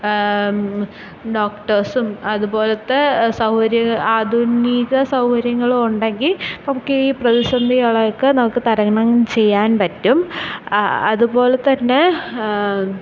ഡോക്ടേഴ്സും അതുപോലെത്തന്നെ ആധുനിക സൗകര്യങ്ങളും ഉണ്ടെങ്കില് നമുക്ക് ഈ പ്രതിസന്ധികളൊക്കെ നമുക്ക് തരണം ചെയ്യാൻ പറ്റും അതുപോലെത്തന്നെ